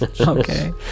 Okay